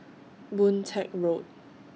Boon Teck Road